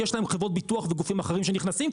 יש להם חברות ביטוח וגופים אחרים שנכנסים,